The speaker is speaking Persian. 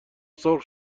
سرخ